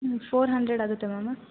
ಹ್ಞೂ four hundred ಆಗುತ್ತೆ ma'am